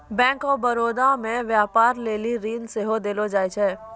bank of Baroda मे व्यपार लेली ऋण सेहो देलो जाय छै